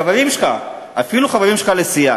חברים שלך, אפילו חברים שלך לסיעה,